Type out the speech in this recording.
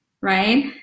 right